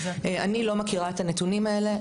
אני לא מכירה את הנתונים האלה,